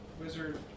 Wizard